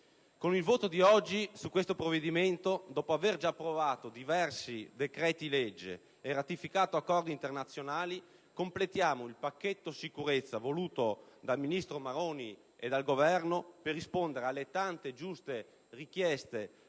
con il voto di oggi su questo provvedimento, dopo aver già approvato diversi decreti-legge e ratificato accordi internazionali, completiamo il pacchetto sicurezza, voluto dal ministro Maroni e dal Governo, per rispondere alle tante e giuste richieste